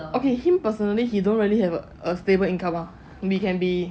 okay him personally he don't really have a a stable income lah we can be